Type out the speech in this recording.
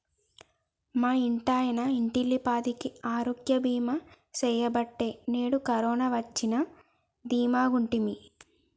మా ఇంటాయన ఇంటిల్లపాదికి ఆరోగ్య బీమా సెయ్యబట్టే నేడు కరోన వచ్చినా దీమాగుంటిమి